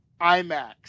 IMAX